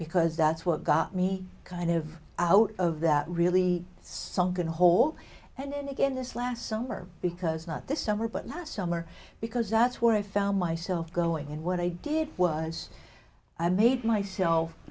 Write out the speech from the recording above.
because that's what got me kind of out of that really sunken hole and again this last summer because not this summer but last summer because that's where i found myself going and what i did was i made myself